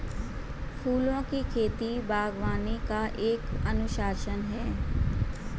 फूलों की खेती, बागवानी का एक अनुशासन है